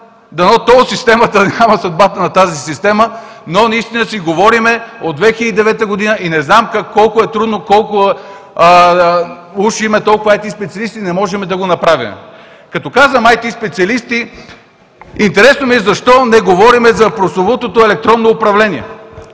Дано тол системата да няма съдбата на тази система, но наистина си говорим от 2009 г. и не знам колко е трудно, уж имаме толкова IT специалисти, а не можем да го направим. Като казвам IT специалисти, интересно ми е защо не говорим за прословутото електронно управление?